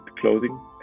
clothing